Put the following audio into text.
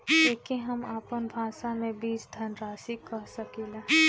एके हम आपन भाषा मे बीज धनराशि कह सकीला